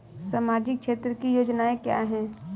सामाजिक क्षेत्र की योजनाएँ क्या हैं?